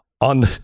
on